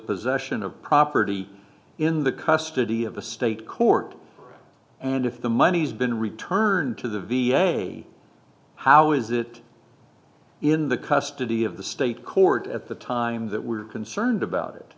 possession of property in the custody of a state court and if the money's been returned to the vs how is it in the custody of the state court at the time that we're concerned about it